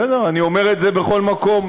בסדר, אני אומר את זה בכל מקום.